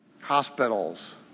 Hospitals